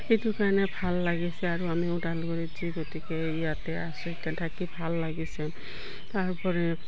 সেইটো কাৰণে ভাল লাগিছে আৰু আমি ওদালগুৰিত যি গতিকে ইয়াতে আছো এতিয়া থাকি ভাল লাগিছে তাৰোপৰি